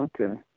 Okay